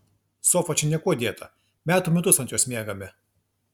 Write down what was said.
sofa čia niekuo dėta metų metus ant jos miegame